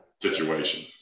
situation